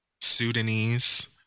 Sudanese